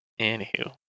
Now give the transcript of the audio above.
Anywho